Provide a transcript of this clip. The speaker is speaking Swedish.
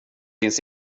finns